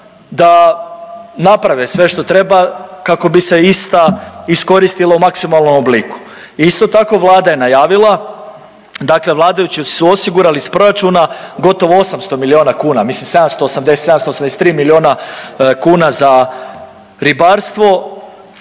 da naprave sve što treba kako bi se ista iskoristila u maksimalnom obliku. Isto tako Vlada je najavila, dakle vladajući su osigurali iz proračuna gotovo 800 milijuna kuna mislim 780, 783 milijuna kuna za ribarstvo